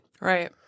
Right